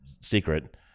Secret